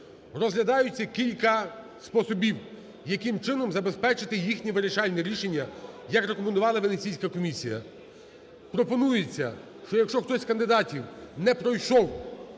Розглядаються кілька способів, яким чином забезпечити їхнє вирішальне рішення, як рекомендувала Венеційська комісія. Пропонується, що якщо хтось з кандидатів не пройшов